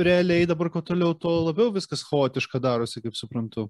realiai dabar kuo toliau tuo labiau viskas chaotiška darosi kaip suprantu